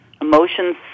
Emotions